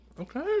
Okay